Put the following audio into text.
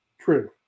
True